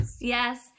yes